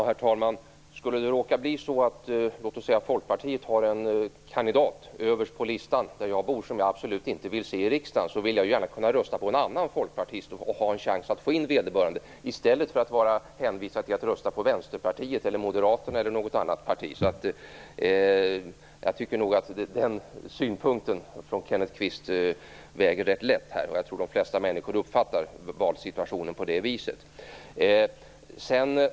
Herr talman! Skulle det råka bli så där jag bor att Folkpartiet har en kandidat överst på listan som jag absolut inte vill se i riksdagen vill jag gärna kunna rösta på en annan folkpartist och ha en chans att få in vederbörande i stället för att vara hänvisad till att rösta på Vänsterpartiet, Moderaterna eller något annat parti. Jag tycker nog att den synpunkten från Kenneth Kvist väger ganska lätt. Jag tror att de flesta människor uppfattar valsituationen på det viset.